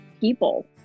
people